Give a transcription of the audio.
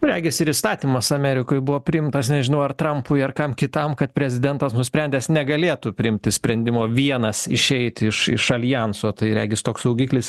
regis ir įstatymas amerikoj buvo priimtas nežinau ar trampui ar kam kitam kad prezidentas nusprendęs negalėtų priimti sprendimo vienas išeiti iš iš aljanso tai regis toks saugiklis